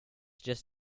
just